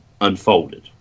unfolded